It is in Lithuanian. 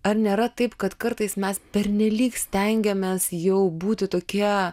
ar nėra taip kad kartais mes pernelyg stengiamės jau būti tokie